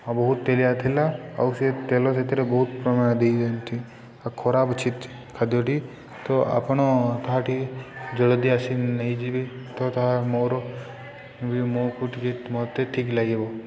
ଆଉ ବହୁତ ତେଲିଆ ଥିଲା ଆଉ ସେ ତେଲ ସେଥିରେ ବହୁତ ପରିମାଣ ଦେଇଛନ୍ତି ଆଉ ଖରାପ ଅଛି ଖାଦ୍ୟଟି ତ ଆପଣ ତାହାଟିକ ଜଲଦି ଆସି ନେଇଯିବେ ତ ତାହା ମୋର ବି ମୋକୁ ଟିକିଏ ମୋତେ ଠିକ୍ ଲାଗିବ